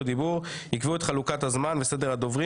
דיבור ייקבעו את חלוקת הזמן וסדר הדוברים.